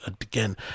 again